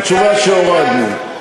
התשובה, שהורדנו.